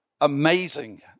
amazing